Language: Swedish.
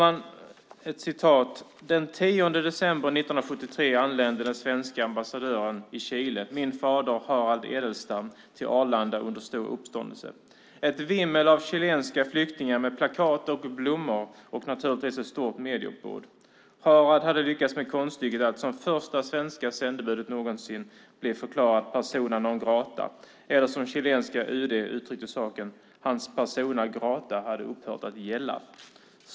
Jag vill citera följande: "10 december 1973 anlände den svenske ambassadören i Chile, min fader, Harald Edelstam, till Arlanda under stor uppståndelse. Ett vimmel av chilenska flyktingar med plakat och blommor och naturligtvis ett stort medieuppbåd. Harald hade lyckats med konststycket att, som förste svenska sändebudet någonsin, bli förklarad 'persona non grata', eller som chilenska UD uttryckte saken: 'Hans persona grata hade upphört att gälla'."